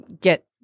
get